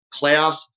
playoffs